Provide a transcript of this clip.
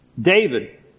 David